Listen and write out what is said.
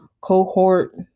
cohort